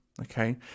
okay